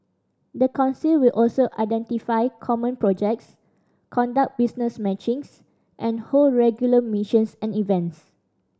the council will also identify common projects conduct business matchings and hold regular missions and events